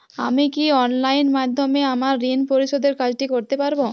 আমি কি অনলাইন মাধ্যমে আমার ঋণ পরিশোধের কাজটি করতে পারব?